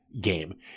game